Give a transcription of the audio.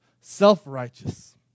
self-righteous